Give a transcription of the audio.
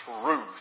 truth